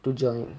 to join